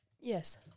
Yes